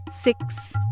six